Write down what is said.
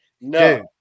No